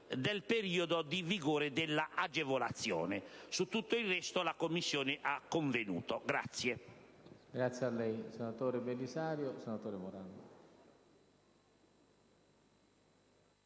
del periodo di vigore dell'agevolazione. Su tutto il resto, la Commissione ha convenuto.